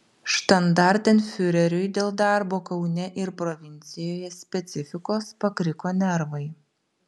štandartenfiureriui dėl darbo kaune ir provincijoje specifikos pakriko nervai